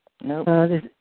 no